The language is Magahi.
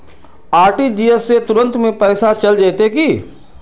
आर.टी.जी.एस से तुरंत में पैसा चल जयते की?